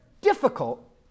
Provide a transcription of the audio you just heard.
difficult